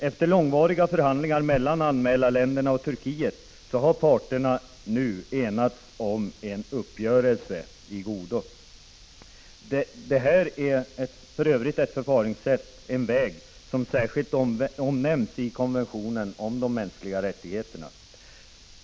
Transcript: Efter långvariga förhandlingar mellan anmälarländerna och Turkiet har parterna nu enats om en uppgörelse i godo. Detta är för övrigt den väg som särskilt omnämns i konventionen om de mänskliga rättigheterna.